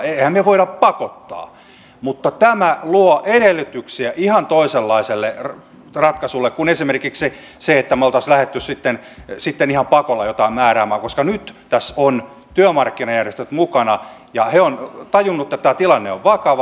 emmehän me voi pakottaa mutta tämä luo edellytyksiä ihan toisenlaiselle ratkaisulle kuin esimerkiksi se että me olisimme lähteneet ihan pakolla jotain määräämään koska nyt tässä ovat työmarkkinajärjestöt mukana ja he ovat tajunneet että tilanne on vakava